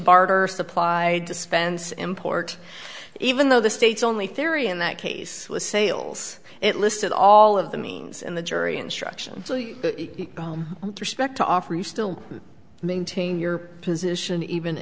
barter supplied dispense import even though the state's only theory in that case sales it listed all of the means in the jury instruction home with respect to offer you still maintain your position even